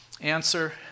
Answer